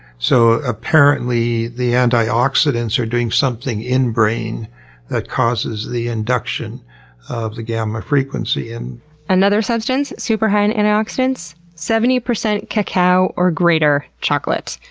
so, apparently the antioxidants are doing something in-brain that causes the induction of the gamma frequency. another substance super high in antioxidants? seventy percent cacao or greater chocolate.